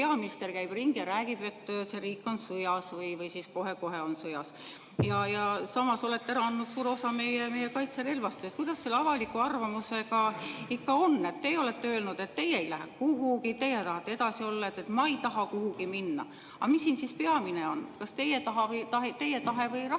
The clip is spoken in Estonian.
peaminister käib ringi ja räägib, et see riik on sõjas või siis kohe-kohe on sõjas? Samas olete ära andnud suure osa meie kaitserelvastusest. Kuidas selle avaliku arvamusega ikka on? Teie olete öelnud, et teie ei lähe kuhugi, teie tahate edasi olla ja ütlete: "Ma ei taha kuhugi minna." Aga mis siis peamine on, kas teie tahe või rahva tahe?